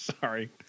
Sorry